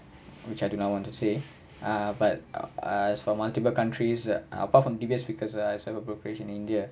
which I do not want to say err but err as for multiple countries apart from D_B_S because I also have brokerage in india